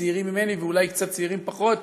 צעירים ממני ואולי קצת צעירים פחות,